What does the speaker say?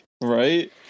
right